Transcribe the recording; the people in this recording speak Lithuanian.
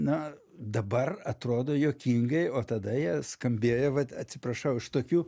na dabar atrodo juokingai o tada jie skambėjo vat atsiprašau iš tokių